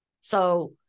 So-